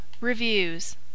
Reviews